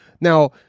Now